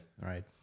right